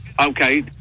okay